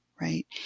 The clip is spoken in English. right